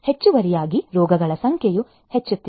ಹೆಚ್ಚುವರಿಯಾಗಿ ರೋಗಗಳ ಸಂಖ್ಯೆಯೂ ಹೆಚ್ಚುತ್ತಿದೆ